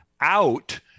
out